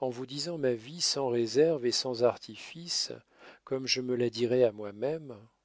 en vous disant ma vie sans réserve et sans artifice comme je me la dirais à moi-même